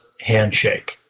handshake